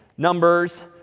numbers,